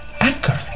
Anchor